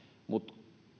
mutta